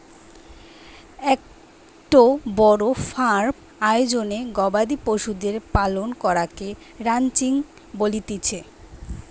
একটো বড় ফার্ম আয়োজনে গবাদি পশুদের পালন করাকে রানচিং বলতিছে